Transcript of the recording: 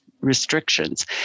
Restrictions